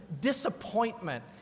disappointment